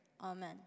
Amen